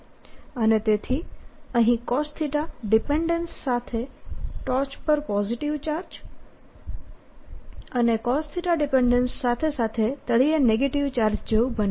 અને તેથી અહીં cosθ ડિપેન્ડેન્સ સાથે ટોચ પર પોઝીટીવ ચાર્જ અને cosθ ડિપેન્ડેન્સ સાથે સાથે તળિયે નેગેટીવ ચાર્જ જેવું બને છે